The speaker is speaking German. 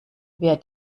wer